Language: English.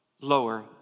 lower